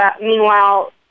Meanwhile